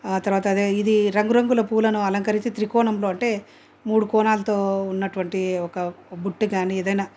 ఆ తర్వాత అదే ఇది రంగు రంగుల పూలను అలంకరించి త్రికోణంలో అంటే మూడు కోనాళ్లతో ఉన్నటువంటి ఒక బుట్టు గానీ ఏదైనా